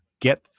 get